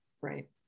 right